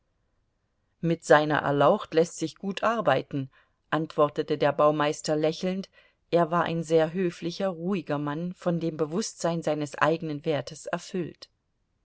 mit seiner erlaucht läßt sich gut arbeiten antwortete der baumeister lächelnd er war ein sehr höflicher ruhiger mann von dem bewußtsein seines eigenen wertes erfüllt